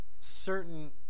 certain